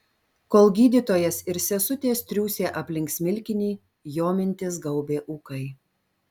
kol gydytojas ir sesutės triūsė aplink smilkinį jo mintis gaubė ūkai